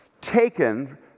taken